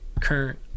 current